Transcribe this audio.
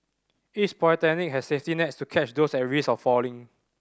each polytechnic has safety nets to catch those at risk of failing